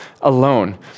alone